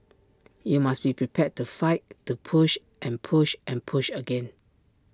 you must be prepared to fight to push and push and push again